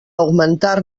augmentar